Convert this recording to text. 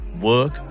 work